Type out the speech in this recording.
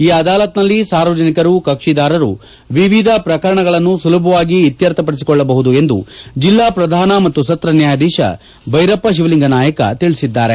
ಈ ಅದಾಲತ್ನಲ್ಲಿ ಸಾರ್ವಜನಿಕರು ಕಕ್ಕಿದಾರರು ವಿವಿಧ ಪ್ರಕರಣಗಳನ್ನು ಸುಲಭವಾಗಿ ಇತ್ತರ್ಥಪಡಿಸಿಕೊಳ್ಳಬಹುದು ಎಂದು ಜಿಲ್ಲಾ ಪ್ರಧಾನ ಮತ್ತು ಸತ್ರ ನ್ಹಾಯಾಧೀತ ಬೈರಪ್ಪ ಶಿವಲಿಂಗ ನಾಯಕ ತಿಳಿಸಿದ್ದಾರೆ